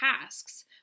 tasks